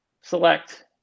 select